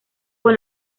con